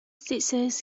scissors